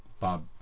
Bob